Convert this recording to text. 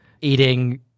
eating